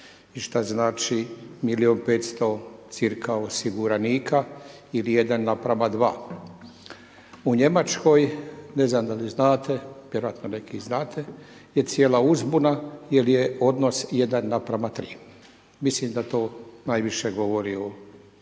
i što znači milijun i 500 cirka osiguranika ili 1 naprama 2. U Njemačkoj, ne znam da li vi znate, vjerojatno neki i znate, je cijela uzbuna jer je odnos 1 naprama 3. Mislim da to najviše govori o stanju